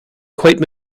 quite